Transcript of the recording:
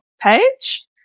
page